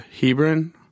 Hebron